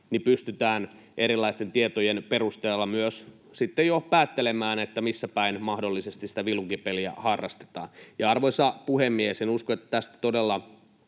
pystytään erilaisten tietojen perusteella jo päättelemään, missä päin mahdollisesti sitä vilunkipeliä harrastetaan. Arvoisa puhemies! En usko, että todella